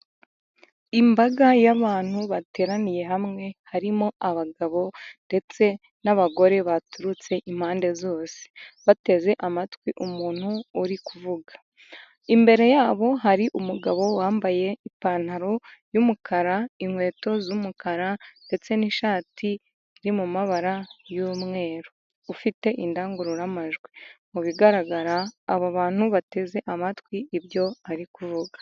Imbaga y'abantu bateraniye hamwe harimo abagabo ndetse n'abagore baturutse impande zose, bateze amatwi umuntu uri kuvuga. Imbere yabo hari umugabo wambaye ipantaro yumukara, inkweto z'umukara ndetse n'ishati iri mu amabara y'umweru ufite indangururamajwi mu bigaragara aba abantu bateze amatwi ibyo ari kuvuga.